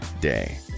day